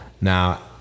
now